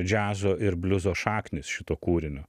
džiazo ir bliuzo šaknys šito kūrinio